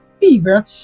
fever